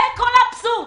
זה כל האבסורד.